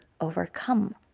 overcome